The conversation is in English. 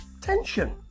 tension